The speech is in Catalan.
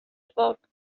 foc